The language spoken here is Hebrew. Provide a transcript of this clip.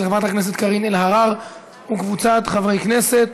של חברת הכנסת קארין אלהרר וקבוצת חברי הכנסת.